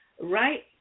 right